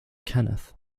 kenneth